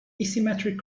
asymmetric